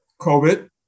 COVID